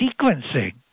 sequencing